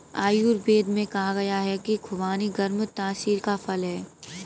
आयुर्वेद में कहा गया है कि खुबानी गर्म तासीर का फल है